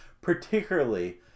particularly